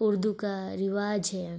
اردو کا رواج ہے